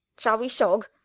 shall wee shogg?